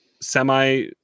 semi